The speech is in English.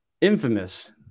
infamous